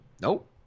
nope